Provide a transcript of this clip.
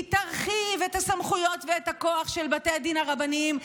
היא תרחיב את הסמכויות ואת הכוח של בתי הדין הרבניים,